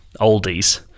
oldies